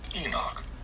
Enoch